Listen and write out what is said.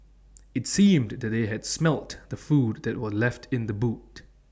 IT seemed that they had smelt the food that were left in the boot